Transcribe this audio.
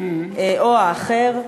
או אחר,